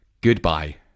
Goodbye